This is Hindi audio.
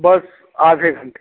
बस आधे घंटे